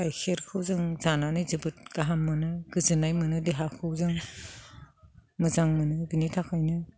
गाइखेरखौ जों जानानै जोबोद गाहाम मोनो गोजोननाय मोनो देहाखौ जों मोजां मोनो बेनि थाखायनो